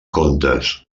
contes